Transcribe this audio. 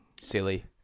Silly